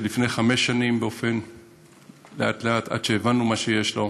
וכשלפני חמש שנים, לאט-לאט, עד שהבנו מה שיש לו,